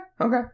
Okay